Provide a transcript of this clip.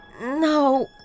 No